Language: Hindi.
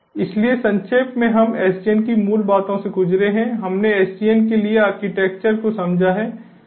इसलिए संक्षेप में हम SDN की मूल बातों से गुजरे हैं हमने SDN के लिए आर्किटेक्चर को समझा है